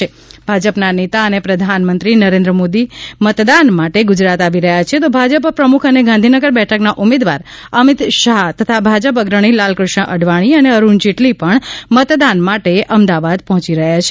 VIP voting ભાજપના નેતા અને પ્રધાનમંત્રી નરેન્દ્ર મોદી મતદાન માટે ગુજરાત આવી રહ્યા છે તો ભાજપ પ્રમુખ અને ગાંધીનગર બેઠકના ઉમેદવાર અમિત શાહ તથા ભાજપ અપ્રગ્ની લાલકૃષ્ણ અડવાણી અને અરૂણ જેટલી પણ મતદાન માટે અમદાવાદ પહોંચી રહ્યા છે